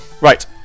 right